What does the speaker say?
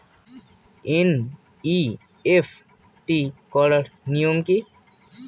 NEFT করার নিয়ম কী?